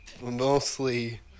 Mostly